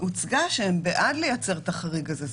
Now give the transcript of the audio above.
הוצגה לפי הם בעד לייצר את החריג הזה.